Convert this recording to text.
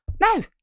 No